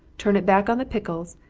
turn it back on the pickles,